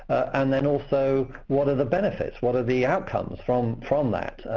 and then also what are the benefits? what are the outcomes from from that,